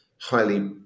highly